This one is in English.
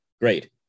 Great